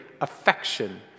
affection